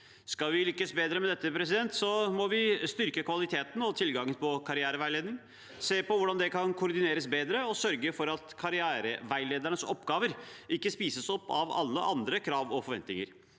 Skal vi lykkes bedre med dette, må vi styrke kvaliteten og tilgangen på karriereveiledning, se på hvordan det kan koordineres bedre, og sørge for at karriereveiledernes oppgaver ikke spises opp av alle andre krav og forventninger.